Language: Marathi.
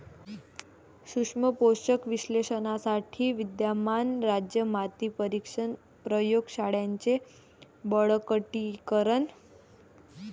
सूक्ष्म पोषक विश्लेषणासाठी विद्यमान राज्य माती परीक्षण प्रयोग शाळांचे बळकटीकरण